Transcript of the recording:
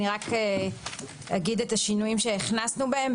אני רק אגיד את השינויים שהכנסנו בהם.